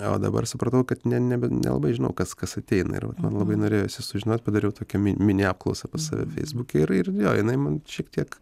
o dabar supratau kad ne nebe nelabai žinau kas kas ateina irva man labai norėjosi sužinot padariau tokią mi mini apklausą pas save feisbuke ir ir jo jinai man šiek tiek